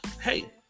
Hey